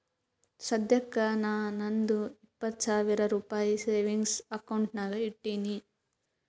ಸದ್ಯಕ್ಕ ನಾ ನಂದು ಇಪ್ಪತ್ ಸಾವಿರ ರುಪಾಯಿ ಸೇವಿಂಗ್ಸ್ ಅಕೌಂಟ್ ನಾಗ್ ಇಟ್ಟೀನಿ